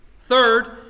Third